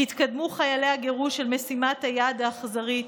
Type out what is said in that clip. התקדמו חיילי הגירוש אל משימת היעד האכזרית: